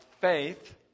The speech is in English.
faith